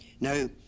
Now